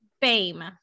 Fame